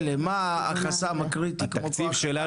נוסף.